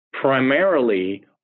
primarily